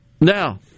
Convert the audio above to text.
Now